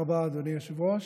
תודה רבה, אדוני היושב-ראש.